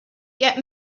get